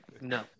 No